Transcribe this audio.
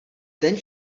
ten